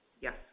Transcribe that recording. Yes